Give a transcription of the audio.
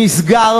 נוכחת.